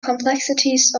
complexities